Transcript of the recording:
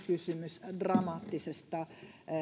kysymys dramaattisista